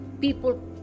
People